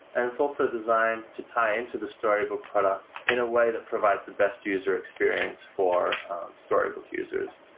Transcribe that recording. and it's also designed to tie into the storybook product in a way that provides the best user experience for storybook users.